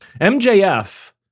MJF